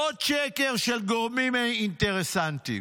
עוד שקר של גורמים אינטרסנטיים.